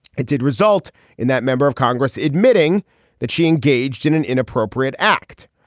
it did result in that member of congress admitting that she engaged in an inappropriate act.